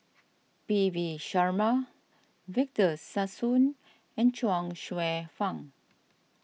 P V Sharma Victor Sassoon and Chuang Hsueh Fang